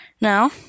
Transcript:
Now